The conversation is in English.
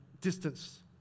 distance